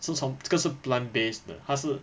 是从这个是 plant based 的他是